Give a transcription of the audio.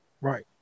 Right